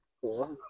Cool